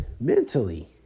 mentally